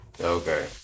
Okay